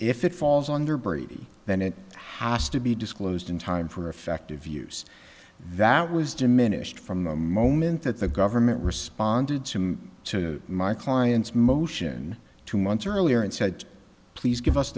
if it falls under brady than it has to be disclosed in time for effective use that was diminished from the moment that the government responded to my client's motion two months earlier and said please give us